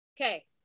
Okay